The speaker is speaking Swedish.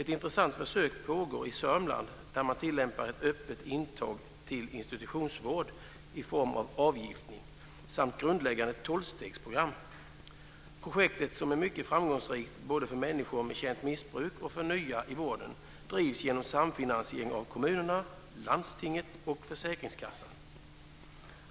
Ett intressant försök pågår i Södermanland, där man tillämpar ett öppet intag till institutionsvård i form av avgiftning samt grundläggande tolvstegsprogram. Projektet, som är mycket framgångsrikt både för människor med känt missbruk och för nya i vården, drivs genom samfinansiering av kommunerna, landstinget och försäkringskassan.